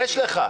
תתבייש לך.